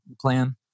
plan